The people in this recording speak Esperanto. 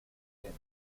hejme